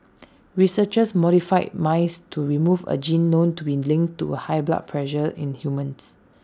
researchers modified mice to remove A gene known to be linked to A high blood pressure in humans